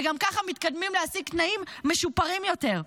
וגם ככה מתקדמים להשיג תנאים משופרים יותר.